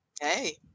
Hey